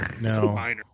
no